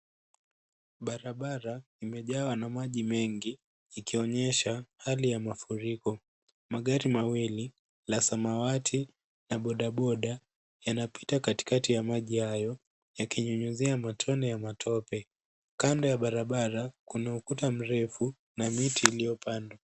Barabara imejawa na maji mengi ikionyesha hali ya mafuriko. Magari mawili la samawati na bodaboda yanapita katikati ya maji yao yakinyunyizia matone ya matope. Kando ya barabara, kuna ukuta mrefu na miti iliyopandwa.